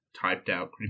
typed-out